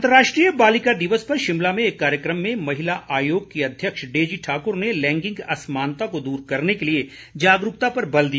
अंतर्राष्ट्रीय बालिका दिवस पर शिमला में एक कार्यक्रम में महिला आयोग की अध्यक्ष डेजी ठाक्र ने लैंगिक असमानता को दूर करने के लिए जागरूकता पर बल दिया